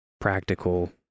practical